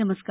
नमस्कार